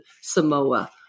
Samoa